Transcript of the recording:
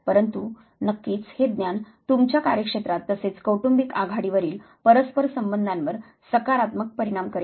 परंतु नक्कीच हे ज्ञान तुमच्या कार्यक्षेत्रात तसेच कौटुंबिक आघाडीवरील परस्पर संबंधांवर सकारात्मक परिणाम करेल